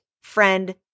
friend